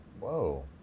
Whoa